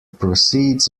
proceeds